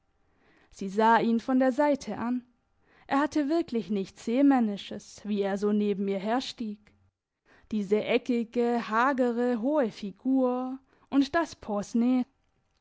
sie sah ihn von der seite an er hatte wirklich nichts seemännisches wie er so neben ihr herstieg diese eckige hagere hohe figur und das